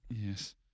Yes